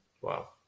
Wow